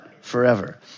forever